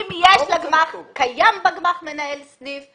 אם קיים בגמ"ח מנהל סניף,